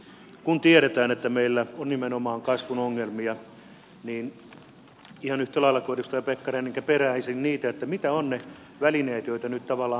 kun tiedetään että meillä on nimenomaan kasvun ongelmia niin peräisin ihan yhtä lailla kuin edustaja pekkarinenkin mitkä ovat ne välineet joita nyt tavallaan peräänkuulutatte